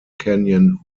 canyon